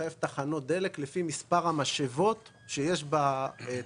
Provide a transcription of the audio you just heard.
לחייב תחנות דלק לפי מספר המשאבות שיש בתחנה,